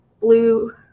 blue